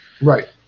Right